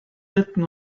written